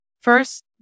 First